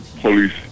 police